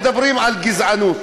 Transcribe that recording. מדברים על גזענות.